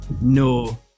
No